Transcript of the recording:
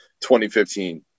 2015